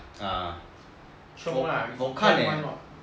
ah 好看 eh